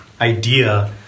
idea